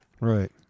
Right